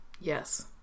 Yes